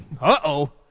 Uh-oh